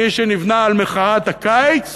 מי שנבנה על מחאת הקיץ